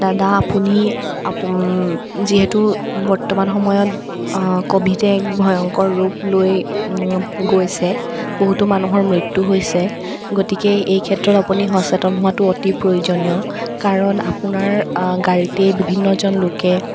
দাদা আপুনি আপ যিহেতু বৰ্তমান সময়ত ক'ভিডে এক ভয়ংকৰ ৰূপ লৈ গৈছে বহুতো মানুহৰ মৃত্যু হৈছে গতিকে এইক্ষেত্ৰত আপুনি সচেতন হোৱাটো অতি প্ৰয়োজনীয় কাৰণ আপোনাৰ গাড়ীতেই বিভিন্নজন লোকে